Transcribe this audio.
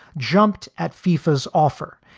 jumped at fifa's offer,